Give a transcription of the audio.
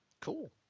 Cool